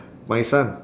my son